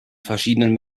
verschiedenen